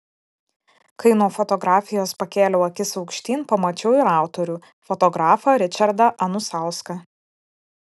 kai nuo fotografijos pakėliau akis aukštyn pamačiau ir autorių fotografą ričardą anusauską